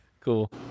cool